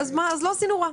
אז לא עשינו רע.